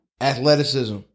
athleticism